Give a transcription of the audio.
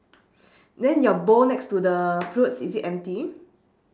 then your bowl next to the fruits is it empty